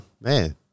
man